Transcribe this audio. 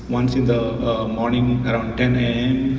once in the morning around ten am,